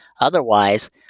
Otherwise